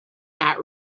not